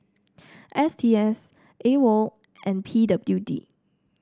S T S AWOL and P W D